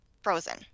Frozen